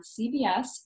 CBS